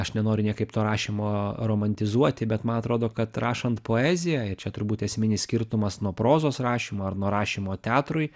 aš nenoriu niekaip to rašymo romantizuoti bet man atrodo kad rašant poeziją ir čia turbūt esminis skirtumas nuo prozos rašymo ar nuo rašymo teatrui